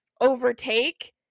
overtake